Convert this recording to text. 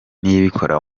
niyibikora